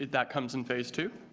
that comes in phase two?